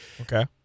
Okay